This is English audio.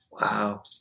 Wow